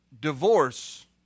Divorce